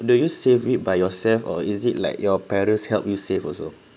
do you save it by yourself or is it like your parents help you save also